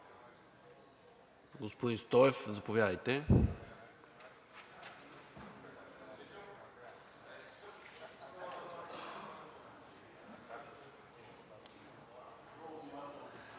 Господин Стоев, заповядайте.